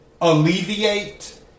alleviate